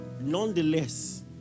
Nonetheless